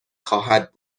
خواهد